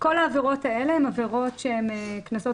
כל העבירות האלה הן עבירות שהן קנסות